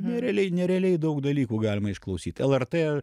nerealiai nerealiai daug dalykų galima išklausyt lrt